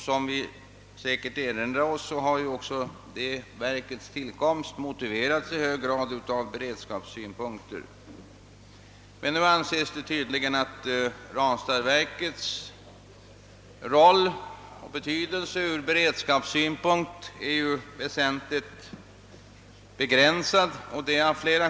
Som vi säkerligen erinrar oss har verkets tillkomst i hög grad motiverats av beredskapssynpunkter. Nu anses tydligen av flera skäl att Ranstadsverkets roll och betydelse ur beredskapssynpunkt väsentligt minskats.